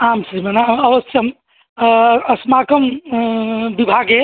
आम् श्रीमन् अव् अवश्यम् अस्माकं बिभागे